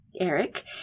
Eric